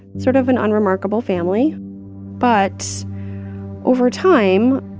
sort of an unremarkable family but over time,